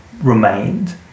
remained